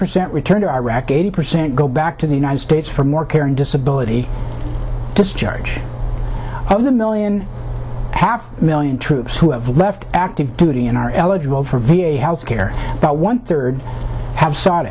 percent return to iraq eighty percent go back to the united states for more care and disability discharge of the million half million troops who have left active duty and are eligible for v a health care about one third have s